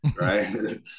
right